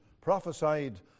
prophesied